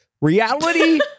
reality